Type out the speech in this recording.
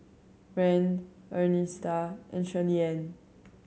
Rand Ernestina and Shirleyann